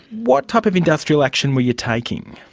what type of industrial action were you taking?